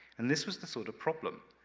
and this was the sort of problem,